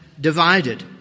divided